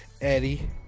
Eddie